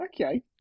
okay